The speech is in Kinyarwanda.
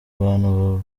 abantu